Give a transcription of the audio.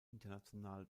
international